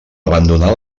abandona